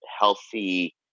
healthy